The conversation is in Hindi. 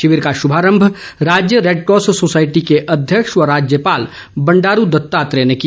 शिविर का शुभारम्म राज्य रैडक्रॉस सोसायटी के अध्यक्ष व राज्यपाल बंडारू दत्तात्रेय ने किया